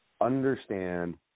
Understand